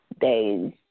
days